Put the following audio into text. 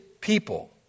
people